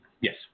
Yes